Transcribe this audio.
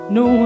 no